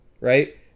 right